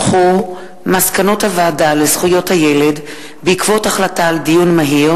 מסקנות הוועדה לזכויות הילד בעקבות דיון מהיר